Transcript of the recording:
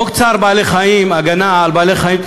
חוק צער בעלי-חיים (הגנה על בעלי-חיים),